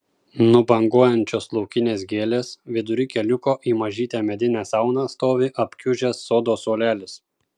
nubanguojančios laukinės gėlės vidury keliuko į mažytę medinę sauną stovi apkiužęs sodo suolelis